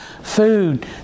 food